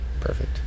Perfect